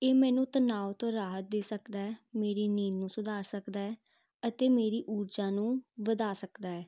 ਇਹ ਮੈਨੂੰ ਤਨਾਓ ਤੋਂ ਰਾਹਤ ਦੇ ਸਕਦਾ ਮੇਰੀ ਨੀਂਦ ਨੂੰ ਸੁਧਾਰ ਸਕਦਾ ਹੈ ਅਤੇ ਮੇਰੀ ਊਰਜਾ ਨੂੰ ਵਧਾ ਸਕਦਾ ਹੈ